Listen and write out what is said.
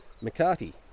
McCarthy